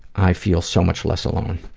i feel so much less alone.